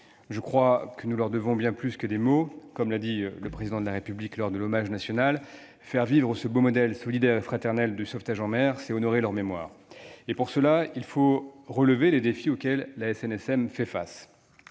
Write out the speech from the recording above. mer. Nous leur devons bien plus que des mots : comme l'a dit le Président de la République lors de l'hommage national, « faire vivre ce beau modèle, solidaire et fraternel, du sauvetage en mer », c'est honorer leur mémoire. Et, à ce titre, il faut relever les défis auxquels la SNSM fait face.